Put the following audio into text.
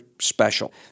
special